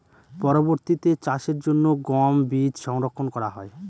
পরবর্তিতে চাষের জন্য গম বীজ সংরক্ষন করা হয়?